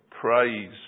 praise